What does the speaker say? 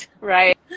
Right